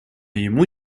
ему